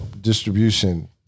distribution